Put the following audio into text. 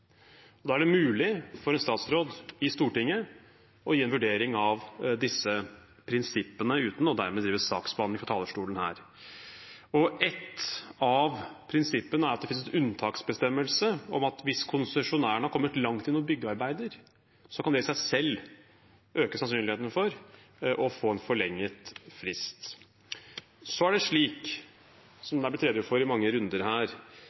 Da er det mulig for en statsråd i Stortinget å gi en vurdering av disse prinsippene, uten dermed å drive saksbehandling fra talerstolen her. Ett av prinsippene er at det finnes en unntaksbestemmelse om at hvis konsesjonæren har kommet langt i byggearbeider, kan det i seg selv øke sannsynligheten for å få en forlenget frist. Så er det slik, som det er blitt redegjort for i mange runder her,